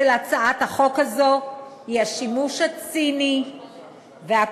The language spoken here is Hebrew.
של הצעת החוק הזאת הוא השימוש הציני והכל-כך